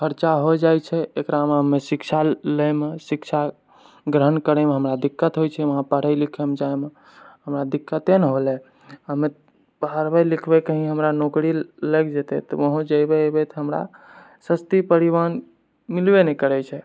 खर्चा हो जाइ छै एकरामे शिक्षा लएमे शिक्षा ग्रहण करएमे हमरा दिक्कत होइ छै वहाँ पढ़ए लिखयमे जाएमे हमरा दिक्कते नहि हौले हमे पढ़बै लिखबै कही हमरा नौकरी लागि जेतए तऽ ओहो जएबै अएबै तऽ हमरा सस्ती परिवहन मिलबै नहि करै छै